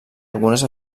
algunes